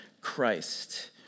Christ